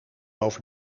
over